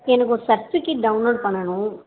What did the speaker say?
எனக்கு ஒரு certificate download பண்ணணும்